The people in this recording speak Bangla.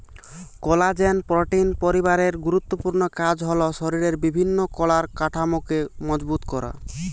কোলাজেন প্রোটিন পরিবারের গুরুত্বপূর্ণ কাজ হল শরিরের বিভিন্ন কলার কাঠামোকে মজবুত করা